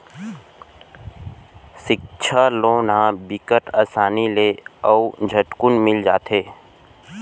सिक्छा लोन ह बिकट असानी ले अउ झटकुन मिल जाथे